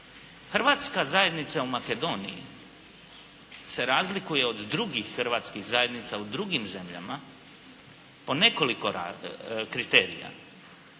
Hrvatska zajednica u Makedoniji se razlikuje od drugih hrvatskih zajednica u drugim zemljama u nekoliko kriterija.